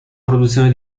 produzione